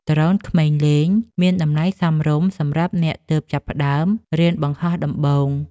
ដ្រូនក្មេងលេង មានតម្លៃសមរម្យសម្រាប់អ្នកទើបចាប់ផ្ដើមរៀនបង្ហោះដំបូង។